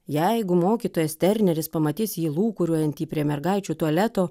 jeigu mokytojas terneris pamatys jį lūkuriuojantį prie mergaičių tualeto